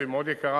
הנסיעה מאוד יקרה,